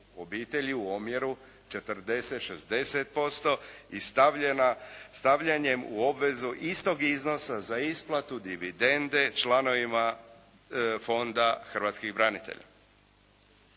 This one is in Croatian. u omjeru 40:60% i stavljanjem u obvezu istog iznosa za isplatu dividende članovima Fonda hrvatskih branitelja.